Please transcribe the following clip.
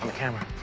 um camera.